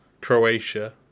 Croatia